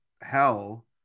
hell